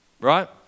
right